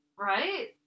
right